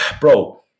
bro